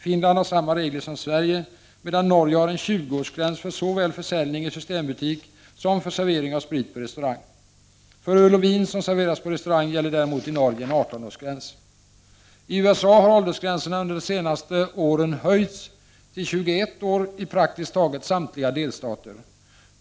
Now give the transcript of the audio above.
Finland har samma regler som Sverige, medan Norge har en 20-årsgräns för såväl försäljning i systembutik som servering av sprit på restaurang. För öl och vin som serveras på restaurang gäller däremot i Norge en 18-årsgräns. I USA har åldersgränserna under de senaste åren höjts till 21 år i praktiskt taget samtliga delstater.